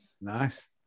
Nice